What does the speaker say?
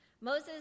Moses